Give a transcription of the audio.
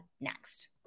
next